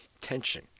tension